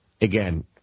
Again